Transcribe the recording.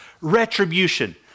retribution